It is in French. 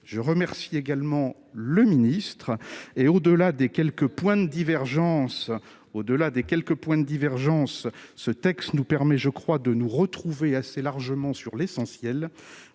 des quelques points de divergence, au-delà des quelques points de divergence, ce texte nous permet je crois, de nous retrouver assez largement sur l'essentiel